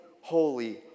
holy